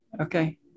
Okay